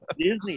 disney